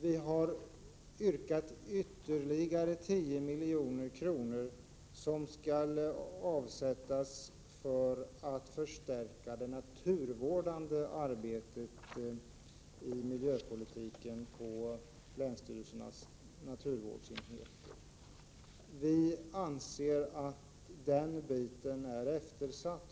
Vi har yrkat på att ytterligare 10 miljoner skall avsättas för en förstärkning av det naturvårdande arbetet på länsstyrelsernas naturvårdsenheter. Vi anser att den verksamheten är eftersatt.